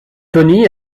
tony